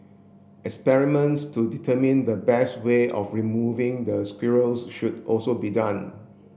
experiments to determine the best way of removing the squirrels should also be done